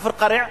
כפר-קרע,